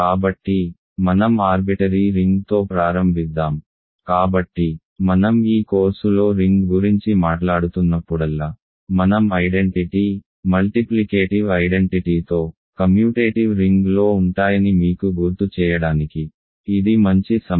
కాబట్టి మనం ఆర్బిటరీ రింగ్తో ప్రారంభిద్దాం కాబట్టి మనం ఈ కోర్సులో రింగ్ గురించి మాట్లాడుతున్నప్పుడల్లా మనం ఐడెంటిటీ మల్టిప్లికేటివ్ ఐడెంటిటీతో కమ్యూటేటివ్ రింగ్లో ఉంటాయని మీకు గుర్తు చేయడానికి ఇది మంచి సమయం